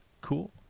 cool